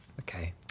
Okay